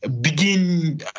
begin